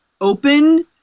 open